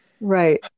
right